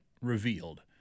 revealed